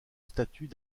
statut